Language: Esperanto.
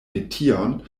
metion